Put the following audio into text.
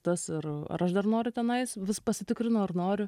tas ir ar aš dar noriu tenais vis pasitikrinu ar noriu